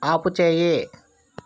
ఆపుచేయి